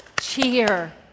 cheer